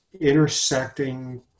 intersecting